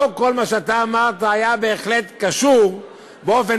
לא כל מה שאתה אמרת היה בהחלט קשור במישרין,